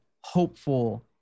hopeful